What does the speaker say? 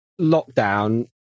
lockdown